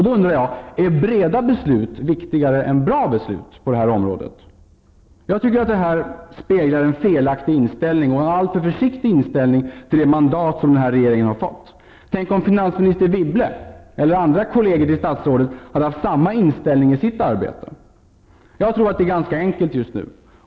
Då undrar jag: Är breda beslut viktigare än bra beslut på detta område? Jag tycker att detta speglar en felaktig inställning och en alltför försiktig inställning till det mandat som denna regering har fått. Tänk om finansminister Wibble eller andra kolleger till statsrådet hade haft samma inställning i sitt arbete. Jag tror att det är ganska enkelt just nu.